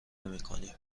نمیکنیم